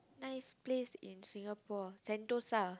nice place in Singapore Sentosa